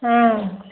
ஆ